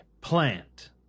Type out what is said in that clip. plant